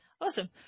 Awesome